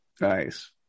Nice